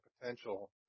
potential